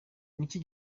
n’iki